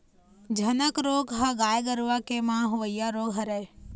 झनक रोग ह गाय गरुवा के म होवइया रोग हरय